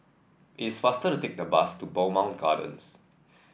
it is faster to take the bus to Bowmont Gardens